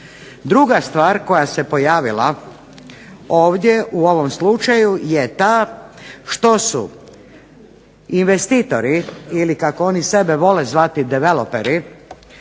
Druga stvar koja se pojavila ovdje u ovom slučaju je ta što su investitori ili kako oni sebe vole zvati developeri